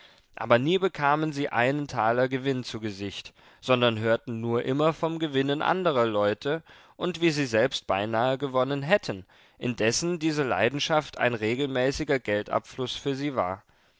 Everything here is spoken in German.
aber nie bekamen sie einen taler gewinn zu gesicht sondern hörten nur immer vom gewinnen anderer leute und wie sie selbst beinahe gewonnen hätten indessen diese leidenschaft ein regelmäßiger geldabfluß für sie war